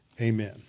Amen